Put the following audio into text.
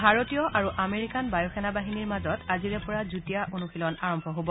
ভাৰতীয় আৰু আমেৰিকান বায়ুসেনা বাহিনীৰ মাজত আজিৰে পৰা যুটীয়া অনুশীলন আৰম্ভ হব